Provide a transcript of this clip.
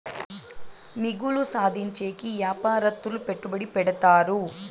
మిగులు సాధించేకి యాపారత్తులు పెట్టుబడి పెడతారు